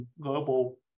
global